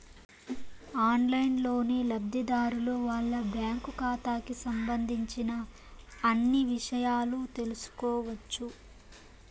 ఆన్లైన్లోనే లబ్ధిదారులు వాళ్ళ బ్యాంకు ఖాతాకి సంబంధించిన అన్ని ఇషయాలు తెలుసుకోవచ్చు